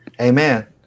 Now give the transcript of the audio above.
Amen